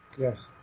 Yes